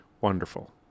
Wonderful